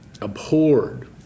abhorred